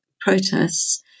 protests